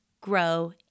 grow